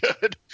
good